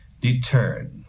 deterred